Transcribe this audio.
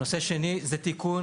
הנושא השני זה תיקון